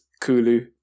Kulu